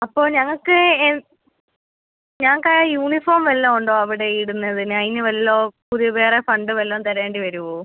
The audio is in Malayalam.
അപ്പോൾ ഞങ്ങൾക്ക് ഞങ്ങൾക്ക് ആ യൂണീഫോം വല്ലതും ഉണ്ടോ അവിടെ ഇടുന്നതിന് അതിന് വല്ലതും പുതിയ വേറെ ഫണ്ട് വല്ലതും തരേണ്ടി വരുമോ